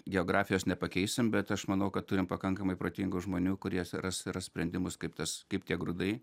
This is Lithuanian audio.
geografijos nepakeisim bet aš manau kad turim pakankamai protingų žmonių kurie ras ras sprendimus kaip tas kaip tie grūdai